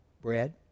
bread